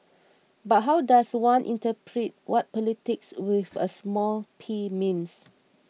but how does one interpret what politics with a small P means